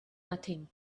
nothing